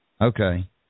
Okay